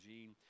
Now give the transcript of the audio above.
Gene